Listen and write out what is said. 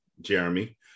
Jeremy